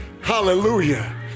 hallelujah